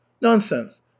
Nonsense